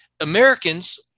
Americans